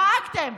זעקתם.